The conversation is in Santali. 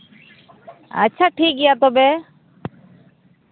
ᱟᱪᱪᱷᱟ ᱴᱷᱤᱠ ᱜᱮᱭᱟ ᱛᱚᱵᱮ